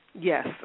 Yes